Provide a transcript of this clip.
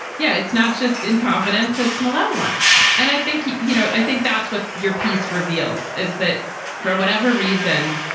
yeah, it's not just in confidence, it's malevolence. and i think, you you know, i think that's what your piece reveals, is that for whatever reason,